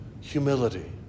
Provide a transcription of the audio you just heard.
humility